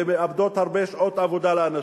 ומאבדות הרבה שעות עבודה לאנשים.